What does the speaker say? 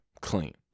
clean